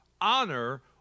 honor